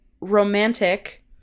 romantic